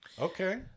Okay